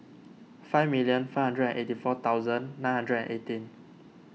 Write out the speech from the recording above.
five million five hundred and eighty four thousand nine hundred and eighteen